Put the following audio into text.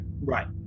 Right